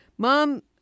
Mom